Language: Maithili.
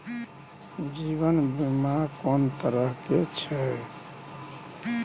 जीवन बीमा कोन तरह के छै?